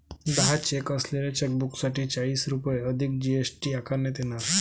दहा चेक असलेल्या चेकबुकसाठी चाळीस रुपये अधिक जी.एस.टी आकारण्यात येणार